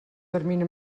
termini